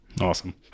Awesome